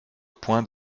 point